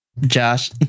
Josh